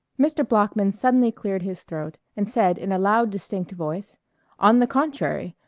mr. bloeckman suddenly cleared his throat and said in a loud, distinct voice on the contrary.